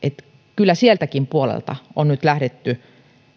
kyllä sieltäkin puolelta on nyt lähdetty